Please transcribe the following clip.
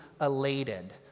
elated